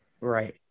right